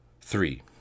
Three